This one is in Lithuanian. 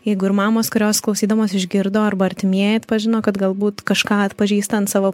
jeigu ir mamos kurios klausydamos išgirdo arba artimieji atpažino kad galbūt kažką atpažįsta ant savo